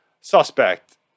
suspect